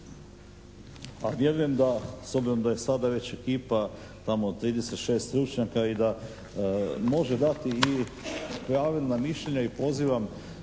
a vjerujem da s obzirom da je sada već IPA tamo 36 stručnjaka i da može dati i pravilna mišljenja i pozivam